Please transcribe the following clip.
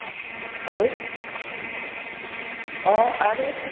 आरो हँ आरो